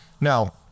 Now